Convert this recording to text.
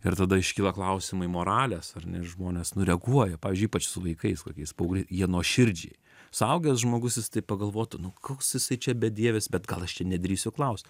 ir tada iškyla klausimai moralės ar ne žmonės nu reaguoja pavyzdžiui ypač su vaikais kokiais paaugliai jie nuoširdžiai suaugęs žmogus jis taip pagalvotų nu koks jisai čia bedievis bet gal aš čia nedrįsiu klaust